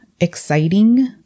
exciting